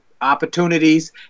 opportunities